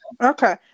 Okay